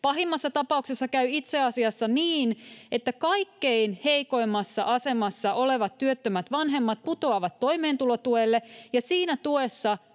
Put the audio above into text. Pahimmassa tapauksessa käy itse asiassa niin, että kaikkein heikoimmassa asemassa olevat työttömät vanhemmat putoavat toimeentulotuelle, ja siinä tuessa